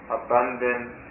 abundant